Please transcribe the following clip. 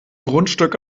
grundstück